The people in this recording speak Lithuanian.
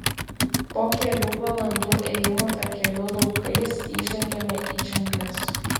po kelių valandų ėjimo takeliu laukais įžengiame į džiungles